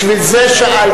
בשביל זה שאלתי.